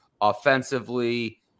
offensively